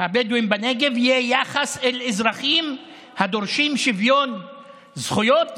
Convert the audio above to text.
הבדואים בנגב יהיה יחס אל אזרחים הדורשים שוויון זכויות,